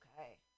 Okay